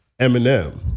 Eminem